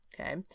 Okay